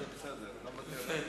ביבי,